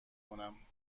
کنم